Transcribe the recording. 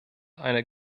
eine